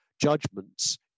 judgments